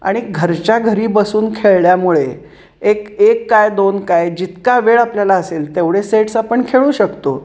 आणि घरच्या घरी बसून खेळल्यामुळे एक एक काय दोन काय जितका वेळ आपल्याला असेल तेवढे सेट्स आपण खेळू शकतो